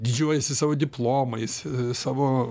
didžiuojasi savo diplomais savo